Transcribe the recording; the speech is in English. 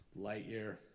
Lightyear